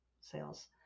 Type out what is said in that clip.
sales